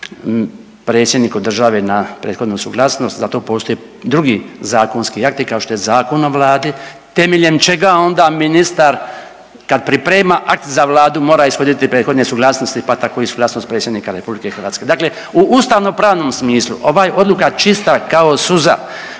Predsjedniku države na prethodnu suglasnost, zato postoji drugi zakonski akti, kao što je Zakon o Vladi temeljem čega onda ministar, kad priprema akt za Vladu mora ishoditi prethodne suglasnosti pa tako i suglasnost Predsjednika RH. Dakle u ustavnopravnom smislu, ova je odluka čista kao suza